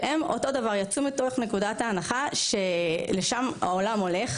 והם יצאו מתוך נקודת ההנחה שלשם העולם הולך,